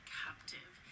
captive